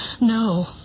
No